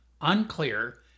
unclear